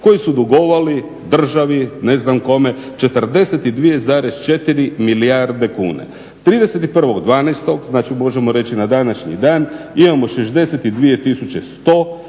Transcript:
koji su dugovali državi, ne znam kome, 42,4 milijarde kuna. 31.12., znači možemo reći na današnji dan imamo 62